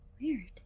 Weird